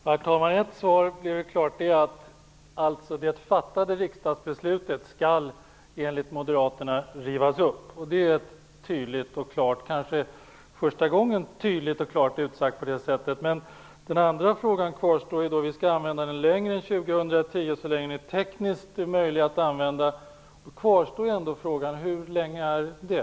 Herr talman! Ett svar är klart: Det fattade riksdagsbeslutet skall enligt moderaterna rivas upp. Det är tydligt och klart utsagt, kanske för första gången. Men den andra frågan kvarstår. Vi skall använda kärnkraften längre än 2010, så länge den är tekniskt möjlig att använda, säger Göte Jonsson. Då kvarstår frågan: Hur länge är det?